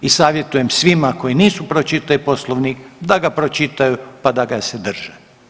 I savjetujem svima koji nisu pročitali Poslovnik da ga pročitaju, pa da ga se drže.